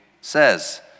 says